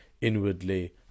inwardly